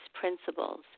principles